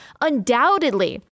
undoubtedly